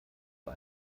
war